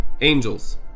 angels